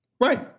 Right